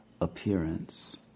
appearance